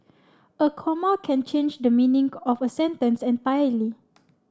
a comma can change the meaning of a sentence entirely